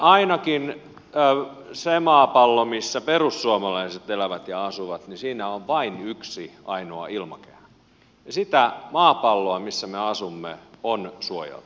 ainakin sillä maapallolla missä perussuomalaiset elävät ja asuvat on vain yksi ainoa ilmakehä ja sitä maapalloa missä me asumme on suojeltava